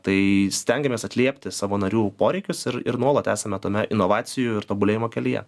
tai stengiamės atliepti savo narių poreikius ir ir nuolat esame tame inovacijų ir tobulėjimo kelyje